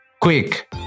Quick